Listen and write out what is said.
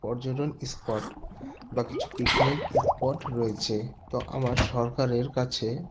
পর্যটন স্পট বা কিছু পিকনিক স্পট রয়ছে তো আমার সরকারের কাছে